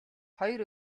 хоёр